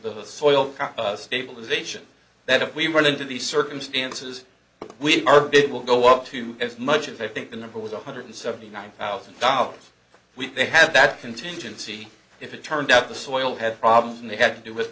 the soil stabilization that if we were going to these circumstances we are but it will go up to as much as i think the number was one hundred seventy nine thousand dollars we may have that contingency if it turned out the soil had problems and they had to do with